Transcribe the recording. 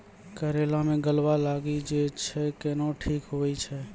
करेला मे गलवा लागी जे छ कैनो ठीक हुई छै?